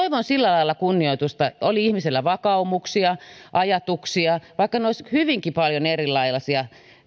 toivon sillä lailla kunnioitusta että oli ihmisillä vakaumuksia ajatuksia vaikka ne olisivat hyvinkin paljon erilaisia